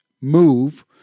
move